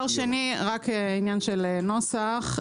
של נוסח,